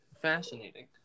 Fascinating